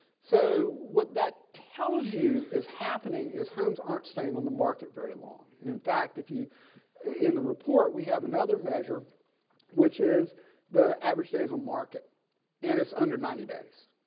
so what that tells you is happening is homes aren't staying on the market very long. and in fact if you in the report we have another measure which is the average days on market and it's under ninety days.